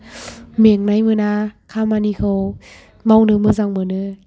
मेंनायमोना खामानिखौ मावनो मोजां मोनो